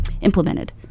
implemented